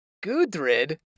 Gudrid